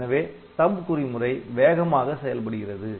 எனவே THUMB குறிமுறை வேகமாக செயல்படுகிறது